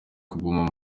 kuguma